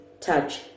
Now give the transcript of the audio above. touch